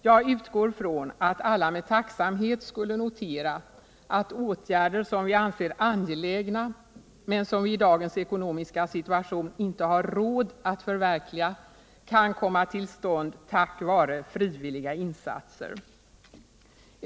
Jag utgår från att alla med tacksamhet skulle notera att åtgärder som vi anser angelägna, men som vi i dagens ekonomiska situation inte har råd att förverkliga, kan komma till stånd tack vare frivilliga insatser.